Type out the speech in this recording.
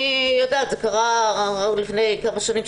זה קרה לפני כמה שנים,